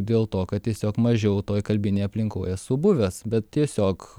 dėl to kad tiesiog mažiau toj kalbinėj aplinkoj esu buvęs bet tiesiog